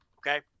Okay